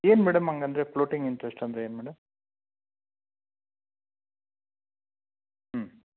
ಏನು ಮೇಡಮ್ ಹಂಗಂದ್ರೆ floating interest ಅಂದರೆ ಏನು ಮೇಡಮ್ ಹ್ಞೂ